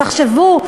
תחשבו,